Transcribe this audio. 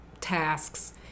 tasks